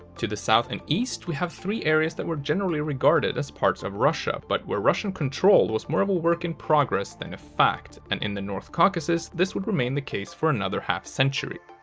to the south and east, we have three areas that were generally regarded as parts of russia, but where russian control was more of a work in progress than fact, and in the north caucasus this would remain the case for another half century.